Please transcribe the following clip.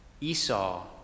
Esau